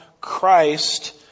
Christ